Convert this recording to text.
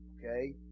Okay